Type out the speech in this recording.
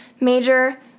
major